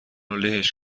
لهش